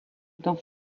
dans